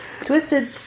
Twisted